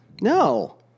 No